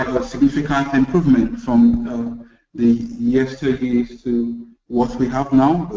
significant improvement from the yesterdays to what we have now.